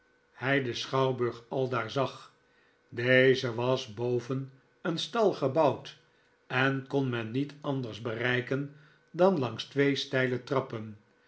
hy den schouwburg aldaar zag deze was boven een stal gebouwd en kon men niet anders bereiken dan langs twee steile trappen